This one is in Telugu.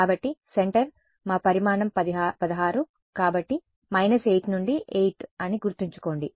కాబట్టి సెంటర్ మా పరిమాణం 16 కాబట్టి 8 నుండి 8 అని గుర్తుంచుకోండి